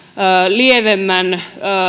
lievemmän